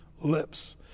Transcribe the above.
lips